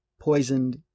poisoned